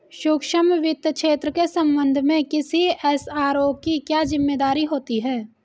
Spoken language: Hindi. सूक्ष्म वित्त क्षेत्र के संबंध में किसी एस.आर.ओ की क्या जिम्मेदारी होती है?